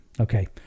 Okay